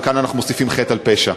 ושם אנחנו מוסיפים חטא על פשע.